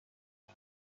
کنم